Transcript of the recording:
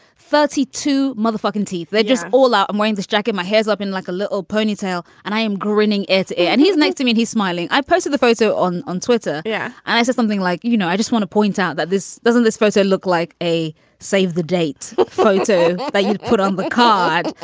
thirty two motherfucking teeth they're just all out of wayne, this jacket. my head's up in like a little ponytail and i am grinning. it's. and he's nice to me. he's smiling. i posted the photo on on twitter. yeah. and i said something like, you know, i just want to point out that this doesn't this photo look like a save the date photo that you'd put on the card?